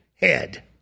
head